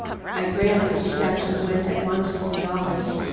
i ran up the steps and went at once to the office.